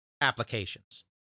applications